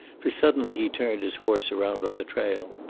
for suddenly he turned his horse around on the trail.